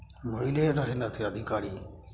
महिले रहै ने अथि अधिकारी